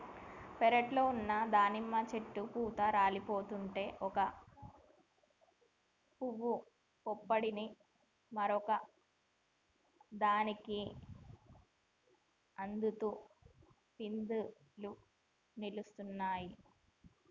పెరట్లో ఉన్న దానిమ్మ చెట్టు పూత రాలిపోతుంటే ఒక పూవు పుప్పొడిని మరొక దానికి అద్దంతో పిందెలు నిలుస్తున్నాయి